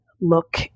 look